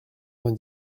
vingt